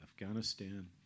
Afghanistan